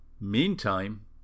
Meantime